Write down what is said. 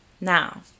now